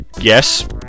Yes